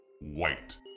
white